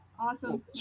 Awesome